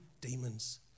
demons